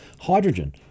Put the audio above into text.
hydrogen